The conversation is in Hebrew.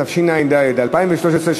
התשע"ד 2013,